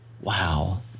Wow